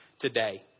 today